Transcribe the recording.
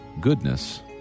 goodness